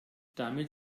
damit